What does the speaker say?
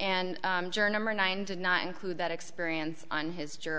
and did not include that experience on his j